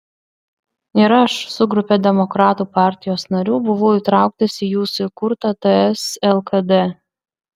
ir aš su grupe demokratų partijos narių buvau įtrauktas į jūsų įkurtą ts lkd